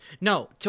No